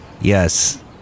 Yes